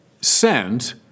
sent —